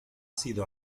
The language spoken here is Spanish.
sido